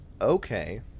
Okay